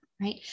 right